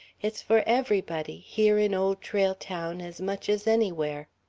it's for everybody, here in old trail town as much as anywhere.